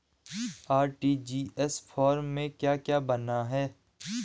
RTGS form में क्या क्या भरना है?